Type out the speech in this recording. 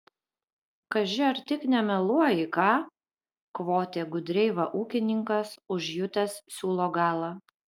kaži ar tik nemeluoji ką kvotė gudreiva ūkininkas užjutęs siūlo galą